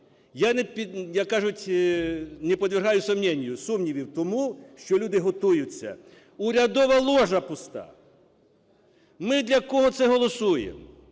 не подвергаю сомнению, сумнівів тому, що люди готуються. Урядова ложа пуста. Ми для кого це голосуємо?